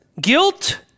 guilt